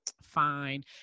fine